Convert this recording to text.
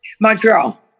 Montreal